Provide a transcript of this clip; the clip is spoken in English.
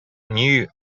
new